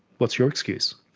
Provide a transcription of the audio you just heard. what's your excuse?